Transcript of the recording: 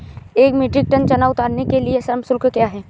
एक metric ton चना उतारने के लिए श्रम शुल्क क्या है?